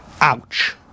ouch